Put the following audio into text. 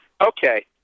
okay